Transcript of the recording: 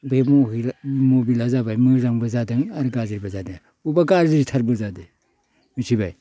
बे मबाइला जाबाय मोजांबो जादों आरो गाज्रिबो जादों अबेबा गाज्रिथारबो जादो मिथिबाय